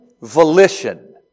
volition